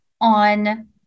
on